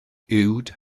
uwd